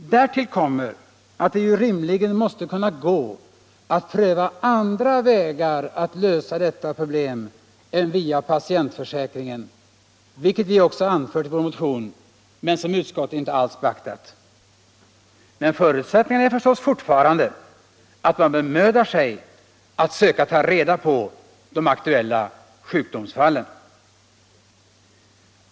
Därtill kommer att det ju rimligen måste kunna gå att pröva andra vägar att lösa detta problem än via patientförsäkringen, vilket vi också anfört i vår motion men som utskottet inte alls beaktat. Men förutsättningen är förstås fortfarande att man bemödar sig att söka ta reda på de aktuella sjukdomsfallen.